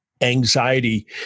anxiety